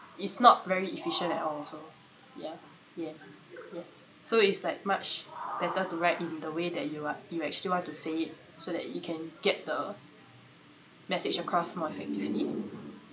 is not very efficient at all so ya ye~ yes so it's like much better to write in the way that you are you actually want to say it so that you can get the message across more effectively